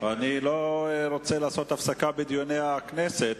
אני לא רוצה לעשות הפסקה בדיוני הכנסת.